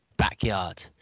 backyard